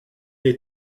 est